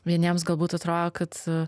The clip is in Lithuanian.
vieniems galbūt atrodo kad